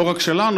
לא רק שלנו,